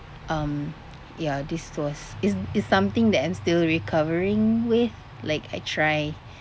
um ya this was it's it's something that I'm still recovering with like I try